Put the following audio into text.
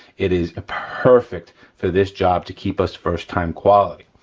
it is perfect for this job to keep us first time quality.